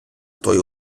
той